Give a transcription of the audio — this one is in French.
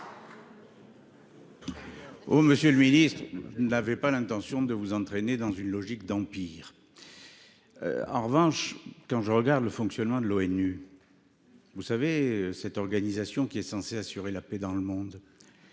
Monsieur le ministre, je n’avais pas l’intention de vous entraîner dans une logique d’empire… En revanche, je m’interroge sur le fonctionnement de l’ONU, vous savez, cette organisation qui est censée assurer la paix dans le monde.